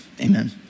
amen